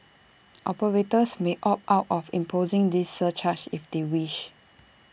operators may opt out of imposing this surcharge if they wish